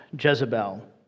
Jezebel